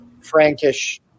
Frankish